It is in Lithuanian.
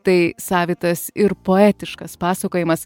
tai savitas ir poetiškas pasakojimas